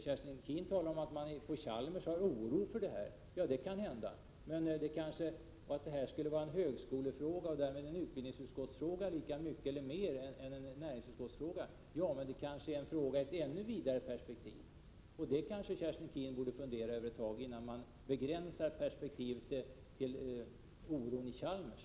Kerstin Keen talar om att man på Chalmers känner oro för det här och att det skulle vara en högskolefråga och därmed en fråga för utbildningsutskottet lika mycket eller mer än för näringsutskottet. Det är kanske en fråga i ett ännu vidare perspektiv, och det borde Kerstin Keen nog fundera över ett tag i stället för att begränsa perspektivet till oron vid Chalmers.